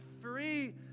free